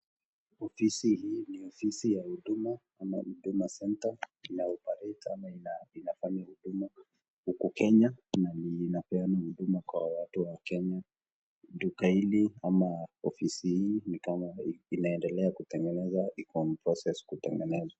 Ofisi hii ni ofisi ya huduma ama huduma centre .Ina operate ama inafanya huduma huku Kenya. Inapeana huduma kwa watu wakenya .Duka hili ama ofisi hii ni kama inaendelea kutengeneza iko on process kutengeneza.